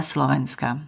Slovenska